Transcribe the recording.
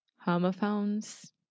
homophones